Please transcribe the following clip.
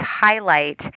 highlight